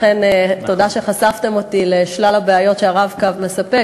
לכן תודה שחשפתם אותי לשלל הבעיות שה"רב-קו" מספק.